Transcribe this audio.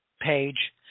page